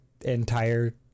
entire